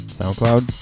soundcloud